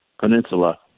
peninsula